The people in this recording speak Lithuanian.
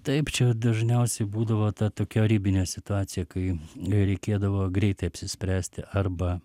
taip čia dažniausiai būdavo ta tokia ribinė situacija kai reikėdavo greitai apsispręsti arba